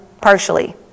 partially